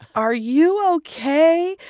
are you ok?